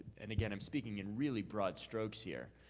and again, i'm speaking in really broad strokes here,